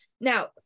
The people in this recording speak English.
Now